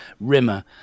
rimmer